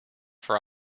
for